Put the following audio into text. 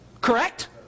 Correct